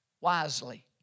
wisely